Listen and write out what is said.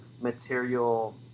material